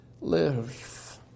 live